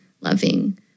loving